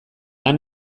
han